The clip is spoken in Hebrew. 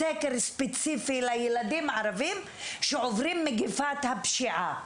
סקר ספציפי לילדים הערבים שעוברים את מגפת הפשיעה,